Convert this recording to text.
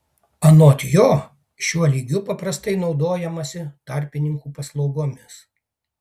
anot jo šiuo lygiu paprastai naudojamasi tarpininkų paslaugomis